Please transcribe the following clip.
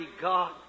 God